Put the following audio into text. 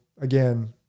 again